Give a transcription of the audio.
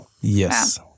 Yes